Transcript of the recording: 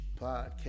Podcast